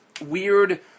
weird